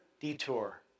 detour